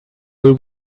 will